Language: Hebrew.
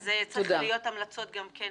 אז צריכות להיות המלצות גם כן